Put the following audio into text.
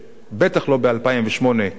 בטח לא ב-2008, כשטח כבוש,